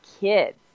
kids